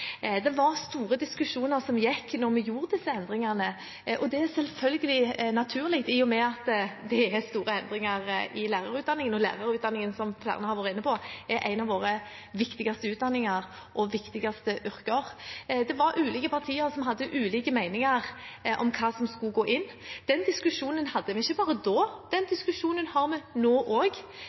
Det var store diskusjoner som gikk da vi gjorde disse endringene, og det er selvfølgelig naturlig, i og med at det er store endringer i lærerutdanningen, og lærerutdanningen er, som flere har vært inne på, en av våre viktigste utdanninger og viktigste yrker. Ulike partier hadde ulike meninger om hva som skulle inngå. Den diskusjonen hadde vi ikke bare da; den diskusjonen har vi nå også, og